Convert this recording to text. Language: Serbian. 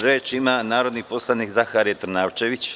Reč ima narodni poslanik Zaharije Trnavčević.